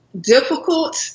difficult